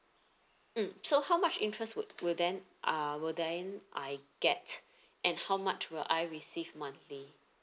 mm so how much interest would will then uh will then I get and how much will I receive monthly